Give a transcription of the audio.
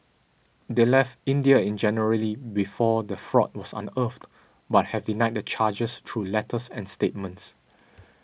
they left India in January before the fraud was unearthed but have denied the charges through letters and statements